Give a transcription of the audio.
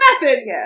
methods